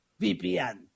VPN